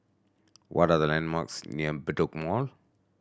what are the landmarks near Bedok Mall